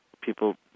people